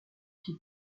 qui